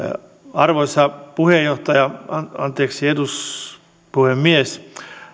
arvoisa puhemies